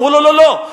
אמרו: לא, לא, לא.